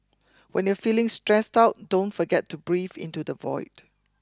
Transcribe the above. when you are feeling stressed out don't forget to breathe into the void